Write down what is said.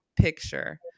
picture